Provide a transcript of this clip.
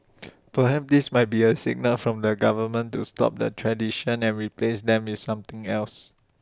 perhaps this might be A signal from the government to stop the 'traditions' and replace them with something else